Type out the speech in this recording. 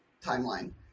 timeline